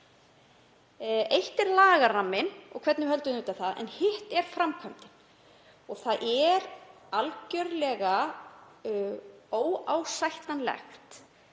Eitt er lagaramminn og hvernig höldum utan um það, en hitt er framkvæmdin. Það er algerlega óásættanlegt